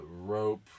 rope